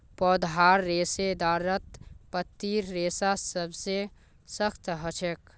पौधार रेशेदारत पत्तीर रेशा सबसे सख्त ह छेक